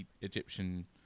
egyptian